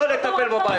לא לטפל בבעיות.